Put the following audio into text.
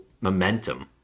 momentum